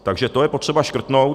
Takže to je potřeba škrtnout.